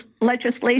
legislation